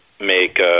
make